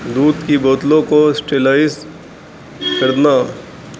دودھ کی بوتلوں کو اسٹیلائز کرنا